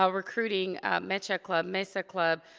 ah recruiting mecha club, mesa club,